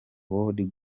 world